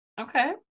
okay